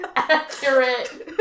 accurate